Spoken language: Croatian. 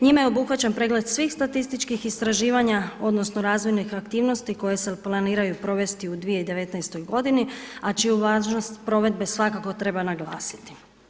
Njime je obuhvaćen pregled svih statističkih istraživanja odnosno razvojnih aktivnosti koje se planiraju provesti u 2019.g., a čiju važnost provedbe svakako treba naglasiti.